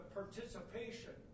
participation